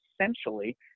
essentially